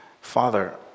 Father